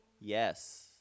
Yes